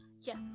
Yes